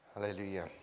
Hallelujah